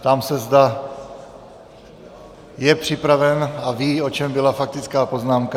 Ptám se, zda je připraven a ví, o čem byla faktická poznámka.